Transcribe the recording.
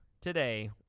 today